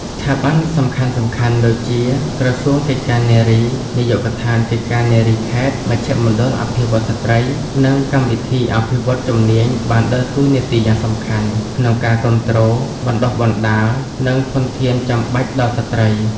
ស្ថាប័នសំខាន់ៗដូចជា ក្រសួងកិច្ចការនារី នាយកដ្ឋានកិច្ចការនារីខេត្ត មជ្ឈមណ្ឌលអភិវឌ្ឍន៍ស្ត្រី និងកម្មវិធីអភិវឌ្ឍន៍ជំនាញបានដើរតួនាទីយ៉ាងសំខាន់ក្នុងការផ្តល់ការគាំទ្រ បណ្តុះបណ្តាល និងធនធានចាំបាច់ដល់ស្ត្រី។